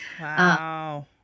wow